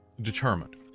determined